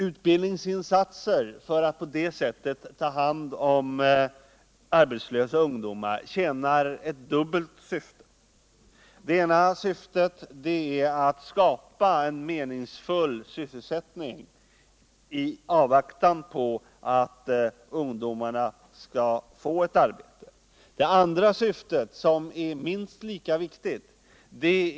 Utbildningsinsatser för att på det sättet ta hand om arbetslösa ungdomar tjänar två syften. Det ena syftet är att skapa en meningsfull sysselsättning i avvaktan på att ungdomarna skall få ett arbete. Det andra syftet, som är minst lika viktigt.